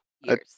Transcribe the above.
years